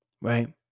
Right